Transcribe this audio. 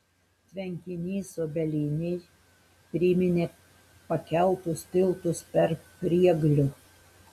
tvenkinys obelynėj priminė pakeltus tiltus per prieglių